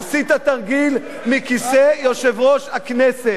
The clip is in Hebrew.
עשית תרגיל מכיסא יושב-ראש הכנסת.